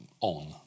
on